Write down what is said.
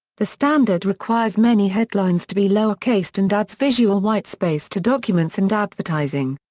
the standard requires many headlines to be lowercased and adds visual white space to documents and advertising.